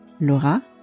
Laura